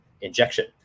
injection